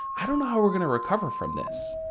i don't know how we're going to recover from this.